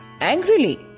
angrily